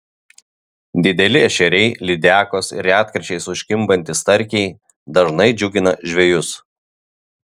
dideli ešeriai lydekos ir retkarčiais užkimbantys starkiai dažnai džiugina žvejus